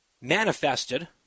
manifested